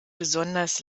besonders